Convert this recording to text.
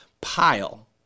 pile